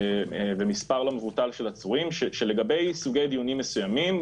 ומספר לא מבוטל של עצורים שלגבי סוגי דיונים מסוימים,